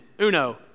uno